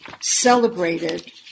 celebrated